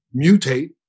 mutate